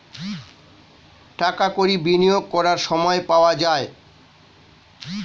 টাকা কড়ি বিনিয়োগ করার সময় পাওয়া যায়